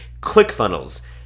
ClickFunnels